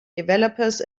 developers